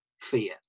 fear